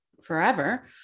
forever